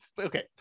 Okay